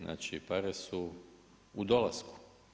Znači, pare su u dolasku.